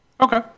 Okay